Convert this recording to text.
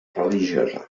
religiosa